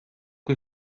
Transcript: que